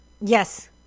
Yes